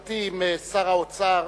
בשיחתי עם שר האוצר